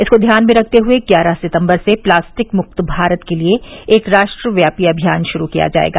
इसको ध्यान में रखते हुए ग्यारह सितम्बर से प्लास्टिक मुक्त भारत के लिए एक राष्ट्रव्यापी अभियान शुरू किया जाएगा